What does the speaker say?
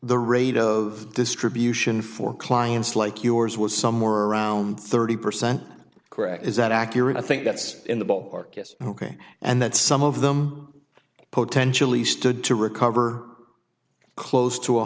the rate of distribution for clients like yours was somewhere around thirty percent correct is that accurate i think that's in the ballpark yes ok and that some of them potentially stood to recover close to